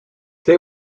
they